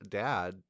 dad